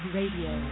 Radio